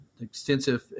extensive